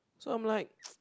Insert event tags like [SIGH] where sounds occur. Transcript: so I'm like [NOISE]